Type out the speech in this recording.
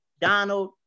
Donald